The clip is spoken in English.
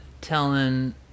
telling